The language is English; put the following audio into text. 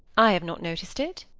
i have not noticed it.